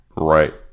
Right